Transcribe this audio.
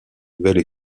nouvelle